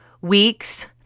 weeks